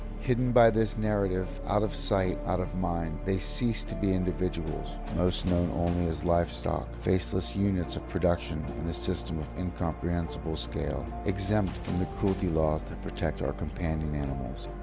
hidden by this narrative, out of sight, out of mind, they cease to be individuals, most known only as livestock, faceless units of production in a system of incomprehensible scale, exempt from the cruelty laws that protect our companion animals.